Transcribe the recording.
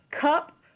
cup